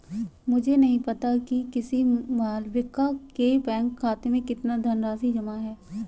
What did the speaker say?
मुझे नही पता कि किसी मालविका के बैंक खाते में कितनी धनराशि जमा है